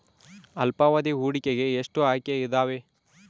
ಅಲ್ಪಾವಧಿ ಹೂಡಿಕೆಗೆ ಎಷ್ಟು ಆಯ್ಕೆ ಇದಾವೇ?